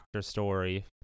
story